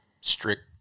strict